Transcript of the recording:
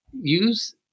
use